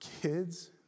kids